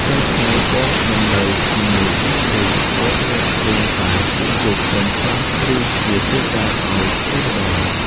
ពេលថ្ងៃបងមិននៅជាមួយនាងទេ បងមកលេងតែយប់ៗសឹមផ្លាស់រូបជាទេវតាឱ្យឃើញម្ដង។